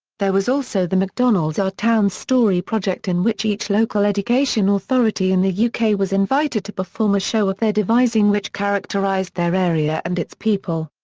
there was also the mcdonald's our town story project in which each local education authority in the yeah uk was invited to perform a show of their devising which characterised their area and its people.